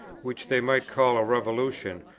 which they might call a revolution,